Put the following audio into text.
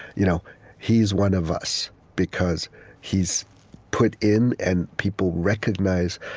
you know he's one of us, because he's put in and people recognize,